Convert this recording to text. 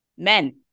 Men